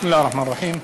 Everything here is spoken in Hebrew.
בסם אללה א-רחמאן א-רחים.